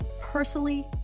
personally